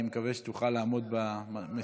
אני מקווה שתוכל לעמוד במשימה.